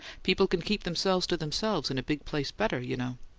people can keep themselves to themselves in a big place better, you know.